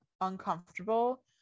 uncomfortable